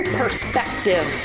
perspective